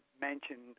mentioned